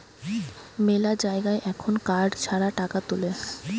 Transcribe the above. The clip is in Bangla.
মেলা জায়গায় এখুন কার্ড ছাড়া টাকা তুলে